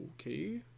Okay